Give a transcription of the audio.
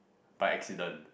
by accident